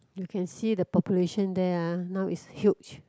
you can see the population there uh now is huge